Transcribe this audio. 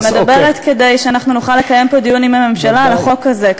אני מדברת כדי שאנחנו נוכל לקיים פה דיון עם הממשלה על החוק הזה.